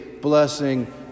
blessing